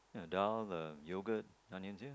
you know dhal the yogurt onions ya